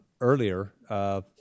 earlier